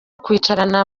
kwicarana